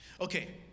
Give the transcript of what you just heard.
Okay